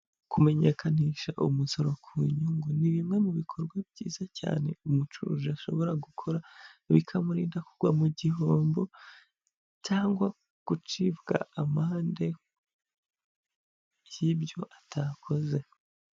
Kumenyekanisha umusoro ku nyungu ni bimwe mu bikorwa byiza cyane umucuruzi ashobora gukora bikamurinda kugwa mu gihombo cyangwa gucibwa amande by'ibyo atakoze.